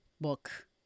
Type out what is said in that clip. book